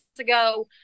ago